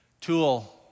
Tool